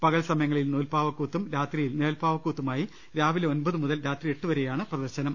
പകൽ സമയങ്ങളിൽ നൂൽപ്പാവക്കൂത്തും രാത്രിയിൽ നിഴൽ പ്പാവക്കൂത്തുമായി രാവിലെ ഒമ്പത് മുതൽ രാത്രി എട്ടു വരെയാണ് പ്രദർ ശനം